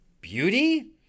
Beauty